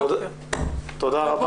תודה רבה.